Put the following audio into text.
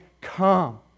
come